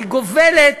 היא גובלת